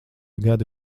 gadi